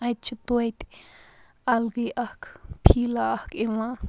اَتہِ چھِ توتہِ اَلگٕے اَکھ فیٖلا اَکھ یِوان